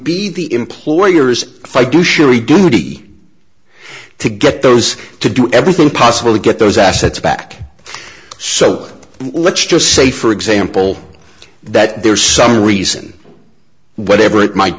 be the employer's i do surely duty to get those to do everything possible to get those assets back so let's just say for example that there's some reason whatever it might